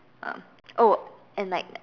um oh and like